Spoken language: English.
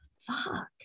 fuck